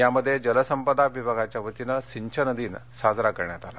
यामध्ये जलसंपदा विभागाच्या वतीनं सिंचन दिन साजरा करण्यात आला